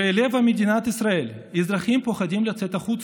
בלב מדינת ישראל, אזרחים פוחדים לצאת החוצה,